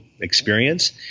experience